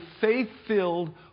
faith-filled